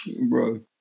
Bro